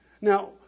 Now